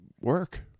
work